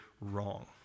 wrong